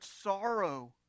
sorrow